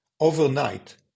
overnight